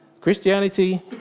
Christianity